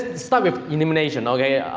start with elimination, ok.